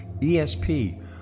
ESP